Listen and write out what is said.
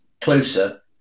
closer